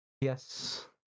Yes